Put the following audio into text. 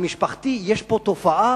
המשפחתי, יש פה תופעה